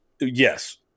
Yes